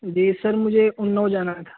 جی sir مجھے اناؤ جانا تھا